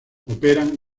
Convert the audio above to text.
operan